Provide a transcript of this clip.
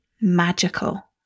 magical